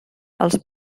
als